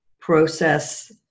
process